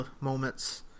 moments